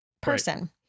person